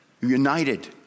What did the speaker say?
United